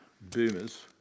boomers